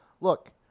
look